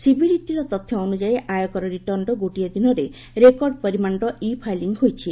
ସିବିଡିଟିର ତଥ୍ୟ ଅନୁଯାୟୀ ଆୟକର ରିଟର୍ଣ୍ଣର ଗୋଟିଏ ଦିନରେ ରେକର୍ଡ ପରିମାଣର ଇ ଫାଇଲି ହୋଇଛି